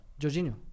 Jorginho